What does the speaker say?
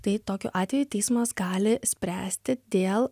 tai tokiu atveju teismas gali spręsti dėl